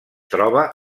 troba